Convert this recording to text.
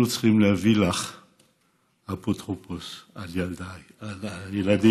אנחנו צריכים להביא לך אפוטרופוס על הילדים שלך,